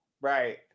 right